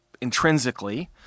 intrinsically